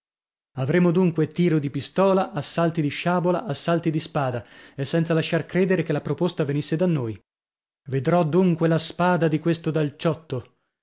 avremo dunque tiro di pistola assalti di sciabola assalti di spada e senza lasciar credere che la proposta venisse da noi vedrò dunque la spada di questo